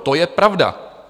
To je pravda.